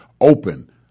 open